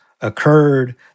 occurred